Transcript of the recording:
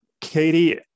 Katie